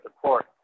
support